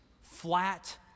flat